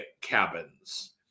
cabins